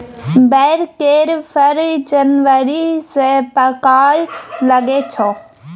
बैर केर फर जनबरी सँ पाकय लगै छै